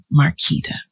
Marquita